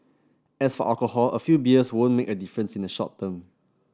as for alcohol a few beers won't make a difference in the short term